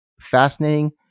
fascinating